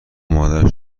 مادر